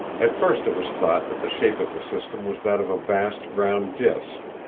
at first it was thought that the shape of the system was that of a vast round disk,